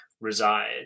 reside